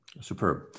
Superb